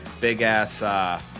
big-ass